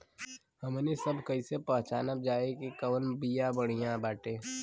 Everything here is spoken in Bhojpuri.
हमनी सभ कईसे पहचानब जाइब की कवन बिया बढ़ियां बाटे?